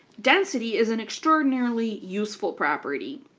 density is an extraordinarily useful property,